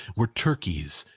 were turkeys,